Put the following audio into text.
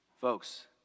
Folks